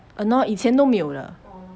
!hannor! 以前都没有的